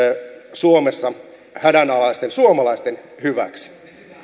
suomessa hädänalaisten suomalaisten hyväksi